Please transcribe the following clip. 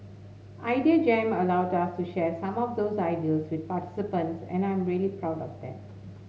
Idea Jam allowed us to share some of those ideals with participants and I'm really proud of that